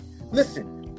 Listen